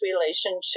relationship